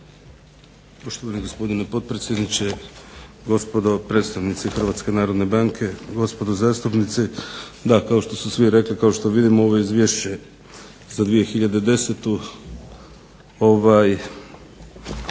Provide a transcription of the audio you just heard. Poštovani gospodine potpredsjedniče, gospodo predstavnici HNB-a, gospodo zastupnici. Da, kao što su svi rekli kao što vidimo ovo izvješće za 2010.iza